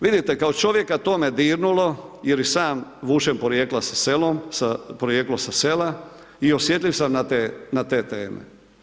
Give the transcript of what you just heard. Vidite, kao čovjeka to me dirnulo jer i sam vučem porijekla sa selom, porijeklom sa sela i osjetljiv sam na te teme.